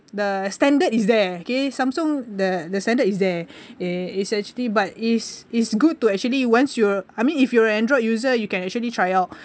the standard is there okay Samsung the the standard is there eh is actually but is is good to actually once you I mean if you're a android user you can actually try out